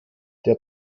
der